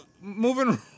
moving